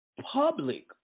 Public